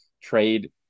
trade